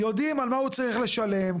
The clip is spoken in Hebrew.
יודעים על מה הוא צריך לשלם,